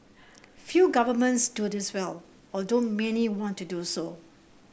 few governments do this well although many want to do so